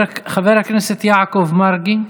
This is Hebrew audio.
חבר הכנסת יעקב מרגי,